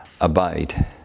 abide